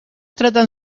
tratan